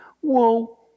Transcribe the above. whoa